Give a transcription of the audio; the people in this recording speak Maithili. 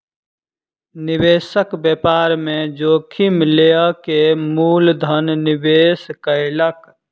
निवेशक व्यापार में जोखिम लअ के मूल धन निवेश कयलक